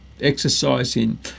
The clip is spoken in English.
exercising